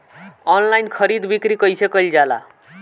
Online खरीद बिक्री कइसे कइल जाला?